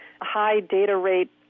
high-data-rate